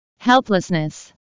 Helplessness